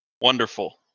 Wonderful